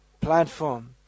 platform